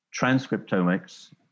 transcriptomics